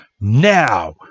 now